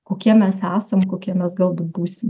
kokie mes esam kokie mes galbūt būsim